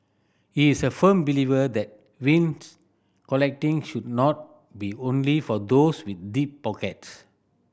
he is a firm believer that vinyl collecting should not be only for those with deep pockets